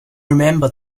remember